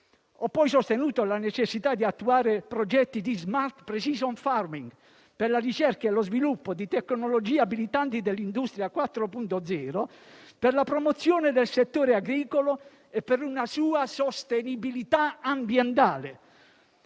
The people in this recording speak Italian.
Ho poi sostenuto la necessità di attivare progetti di*smart precision farming* per la ricerca e lo sviluppo di tecnologie abilitanti dell'Industria 4.0, per la promozione del settore agricolo e per una sua sostenibilità ambientale.